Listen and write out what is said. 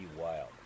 wild